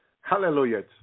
Hallelujah